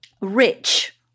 rich